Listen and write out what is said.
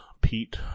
Pete